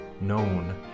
known